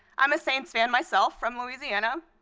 i'm a saints fan myself, from louisiana.